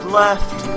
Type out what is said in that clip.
left